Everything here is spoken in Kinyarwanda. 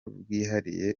bwihariye